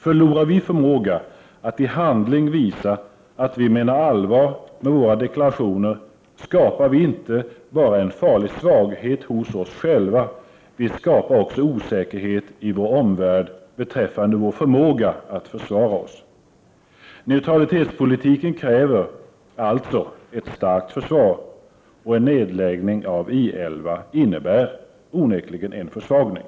Förlorar vi förmåga att i handling visa att vi menar allvar med våra deklarationer skapar vi inte bara en farlig svaghet hos oss själva, utan också osäkerhet i vår omvärld beträffande vår förmåga att försvara oss. Neutralitetspolitiken kräver alltså ett starkt försvar, och en nedläggning av I 11 innebär onekligen en försvagning.